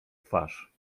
twarz